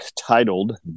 titled